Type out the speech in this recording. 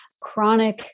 chronic